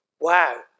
wow